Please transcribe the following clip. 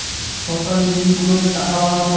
সরকারি মিন্ট গুলোতে টাকা বানানো হয়